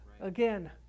Again